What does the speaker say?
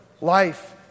life